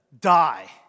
die